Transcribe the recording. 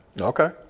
Okay